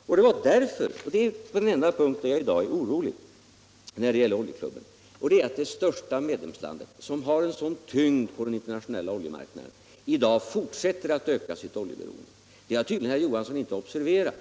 Därför är jag orolig — och det är den enda punkt där jag i dag är orolig när det gäller Oljeklubben — över att det största medlemslandet, som har en sådan tyngd på den internationella oljemarknaden, i dag fortsätter att öka sitt oljeberoende. Det har tydligen inte herr Johansson observerat,